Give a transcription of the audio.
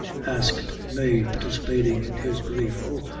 asked mave, participating in his grief oh!